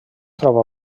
troba